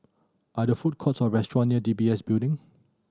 are there food courts or restaurant near D B S Building